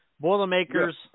Boilermakers